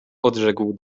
odrzekł